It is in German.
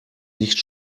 nicht